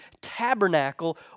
tabernacle